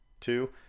Two